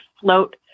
float